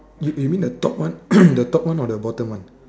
you you mean the top one the top one or the bottom one